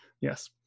Yes